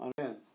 Amen